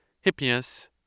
Hippias